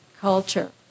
culture